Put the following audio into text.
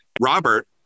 Robert